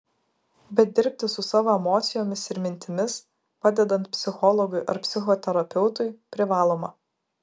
bet dirbti su savo emocijomis ir mintimis padedant psichologui ar psichoterapeutui privaloma